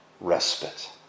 respite